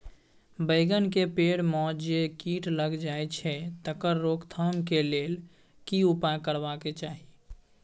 बैंगन के पेड़ म जे कीट लग जाय छै तकर रोक थाम के लेल की उपाय करबा के चाही?